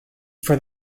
for